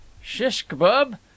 Shish-kebab